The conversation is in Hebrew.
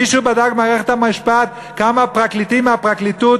מישהו בדק במערכת המשפט כמה פרקליטים מהפרקליטות